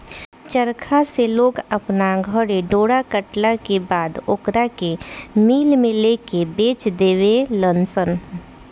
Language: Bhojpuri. चरखा से लोग अपना घरे डोरा कटला के बाद ओकरा के मिल में लेके बेच देवे लनसन